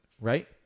right